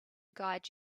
guide